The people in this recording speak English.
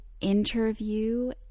interview